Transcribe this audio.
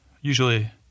usually